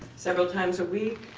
several times a week,